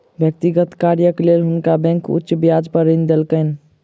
व्यक्तिगत कार्यक लेल हुनका बैंक उच्च ब्याज पर ऋण देलकैन